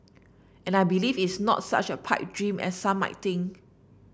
and I believe it's not such a pipe dream as some might think